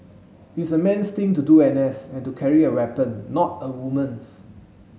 it's a man's thing to do N S and to carry a weapon not a woman's